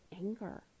anger